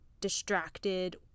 distracted